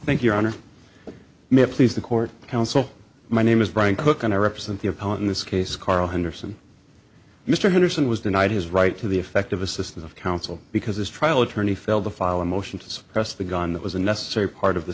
thank your honor may i please the court counsel my name is brian cook and i represent the opponent in this case carl hunder since mr henderson was denied his right to the effective assistance of counsel because his trial attorney failed to file a motion to suppress the gun that was a necessary part of the